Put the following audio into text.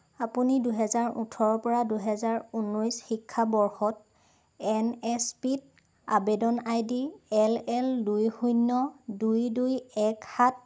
আপুনি দুহেজাৰ ওঠৰৰ পৰা দুহেজাৰ উনৈছ শিক্ষাবৰ্ষত এন এছ পিত আবেদন আইডি এল এল দুই শূন্য দুই দুই এক সাত